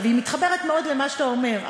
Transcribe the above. והיא מתחברת מאוד למה שאתה אומר.